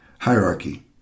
hierarchy